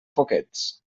poquets